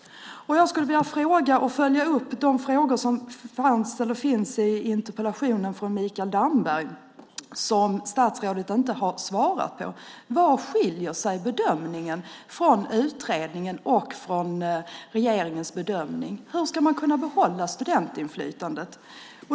Jag skulle vilja följa upp de frågor som finns i interpellationen från Mikael Damberg, som statsrådet inte har svarat på. Var skiljer sig bedömningen från utredningen från regeringens bedömning? Hur ska man kunna behålla studentinflytandet?